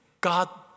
God